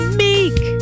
meek